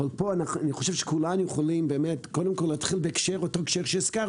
אבל פה אני חושב שכולנו יכולים קודם כול להתחיל באותו הקשר שהזכרת,